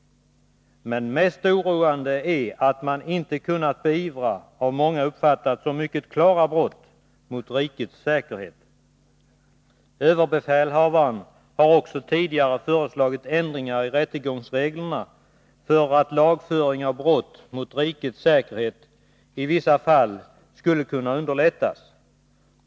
Men 143 mest oroande är att man inte kunnat beivra vad många uppfattat som mycket klara brott mot rikets säkerhet. Överbefälhavaren har också tidigare föreslagit ändringar i rättegångsreglerna för att lagföring av brott mot rikets säkerhet skulle kunna underlättas i vissa fall.